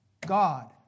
God